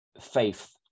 faith